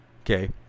Okay